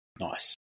Nice